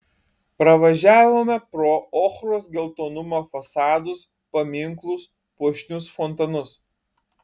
pravažiavome pro ochros geltonumo fasadus paminklus puošnius fontanus